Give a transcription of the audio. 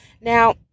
Now